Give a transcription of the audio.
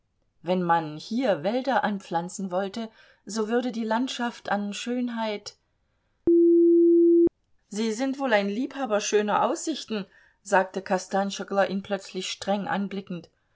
wenn man hier wälder anpflanzen wollte so würde die landschaft an schönheit sie sind wohl ein liebhaber schöner aussichten sagte kostanschoglo ihn plötzlich streng anblickend